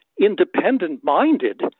independent-minded